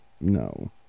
No